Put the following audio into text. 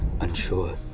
unsure